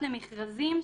פרט למכרזים,